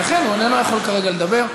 ולכן הוא איננו יכול כרגע לדבר.